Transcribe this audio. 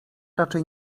raczej